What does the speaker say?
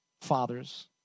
father's